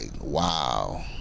wow